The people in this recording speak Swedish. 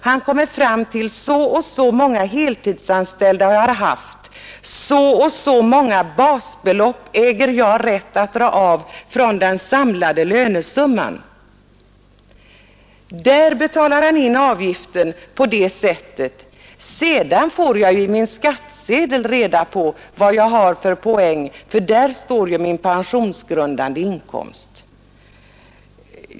Han kommer fram till ett antal heltidsanställda, och lika många basbelopp äger han rätt att dra av från den samlade lönesumman. Han betalar avgiften på det sättet. Men på skattsedeln får löntagaren reda på vad han har för poäng, för där anges den pensionsgrundande inkomsten.